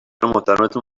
محترمتون